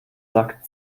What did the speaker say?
sack